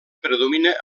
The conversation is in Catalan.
predomina